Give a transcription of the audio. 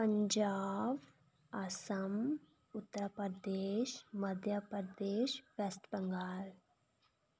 Punjab Assam Uttar Pradesh Madhya Pradesh West Bengal